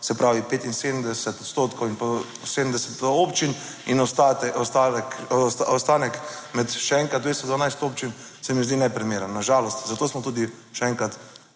se pravi 75 odstotkov in pa 70 občin in ostanek med - še enkrat - 212 občin se mi zdi neprimeren, na žalost. Zato smo tudi še enkrat